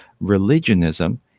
religionism